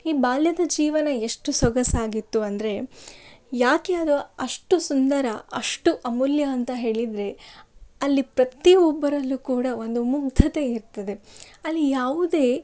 ಈ ಬಾಲ್ಯದ ಜೀವನ ಎಷ್ಟು ಸೊಗಸಾಗಿತ್ತು ಅಂದರೆ ಯಾಕೆ ಅದು ಅಷ್ಟು ಸುಂದರ ಅಷ್ಟು ಅಮೂಲ್ಯ ಅಂತ ಹೇಳಿದರೆ ಅಲ್ಲಿ ಪ್ರತಿ ಒಬ್ಬರಲ್ಲೂ ಕೂಡ ಒಂದು ಮುಗ್ಧತೆ ಇರ್ತದೆ ಅಲ್ಲಿ ಯಾವುದೇ